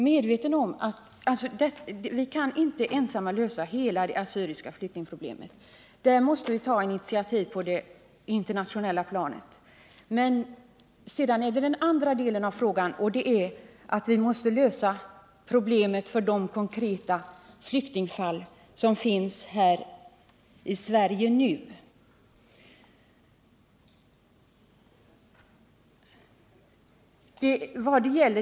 Den 17-årige kurden Ismet Kesen hotas av förpassning. Han har bott i landet drygt ett år och påbörjat gymnasiestudier i Huddinge. Det är uppenbart att det finns starka humanitära skäl att låta honom stanna. Hans fall har djupt upprört allmänheten, i synnerhet elever och lärare vid Huddinge gymnasium.